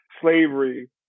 slavery